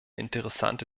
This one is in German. interessante